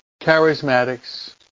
Charismatics